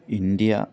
India